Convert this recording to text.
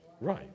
right